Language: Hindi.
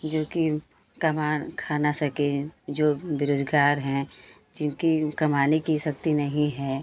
जो कि कमा खा न सकें जो बेरोजगार हैं जिनकी कमाने की शक्ति नहीं है